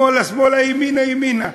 שמאלה שמאלה, ימינה ימינה.